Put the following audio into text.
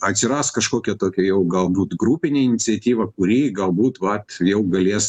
atsiras kažkokia tokia jau galbūt grupinė iniciatyva kuri galbūt vat jau galės